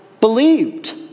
believed